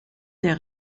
des